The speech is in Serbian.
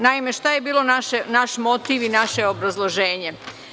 Naime, šta je bio naš motiv i naše obrazloženje.